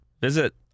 Visit